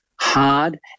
hard